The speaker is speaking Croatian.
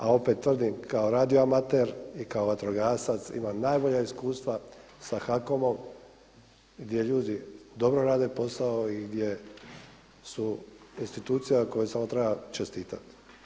A opet tvrdim, kao radioamater i kao vatrogasac imam najbolja iskustva sa HAKOM-om gdje ljudi dobro rade posao i gdje su institucija kojoj samo treba čestiti.